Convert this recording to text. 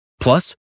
Plus